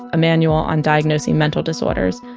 a manual on diagnosing mental disorders,